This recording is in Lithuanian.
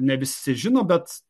ne visi žino bet